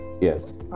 Yes